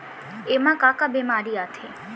एमा का का बेमारी आथे?